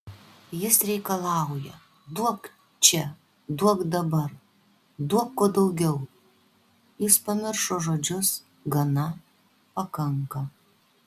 jis reikalauja duok čia duok dabar duok kuo daugiau jis pamiršo žodžius gana pakanka